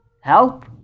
help